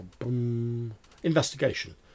Investigation